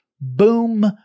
Boom